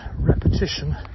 repetition